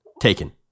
taken